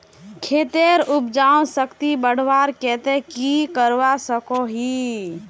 खेतेर उपजाऊ शक्ति बढ़वार केते की की करवा सकोहो ही?